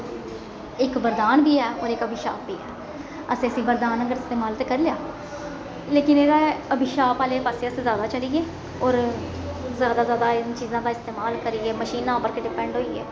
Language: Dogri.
इक बरदान बी ऐ होर इक अभिशाप बी ऐ असें इसी बरदान आंहगर इस्तमाल ते करी लेआ लेकिन एह्दा अभिशाप आहले पास्सै अस ज्यादा चली गे होर ज्यादा ज्यादा इन चीजें दा इस्तामाल करियै मशीनां उप्पर डिपैंड होई गे